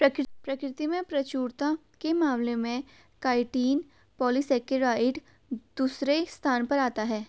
प्रकृति में प्रचुरता के मामले में काइटिन पॉलीसेकेराइड दूसरे स्थान पर आता है